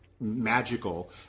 magical